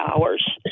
hours